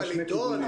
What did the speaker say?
עידו,